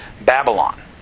Babylon